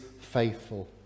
faithful